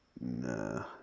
Nah